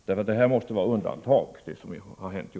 Det som har hänt i år måste vara ett undantag.